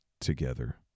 together